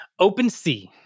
OpenSea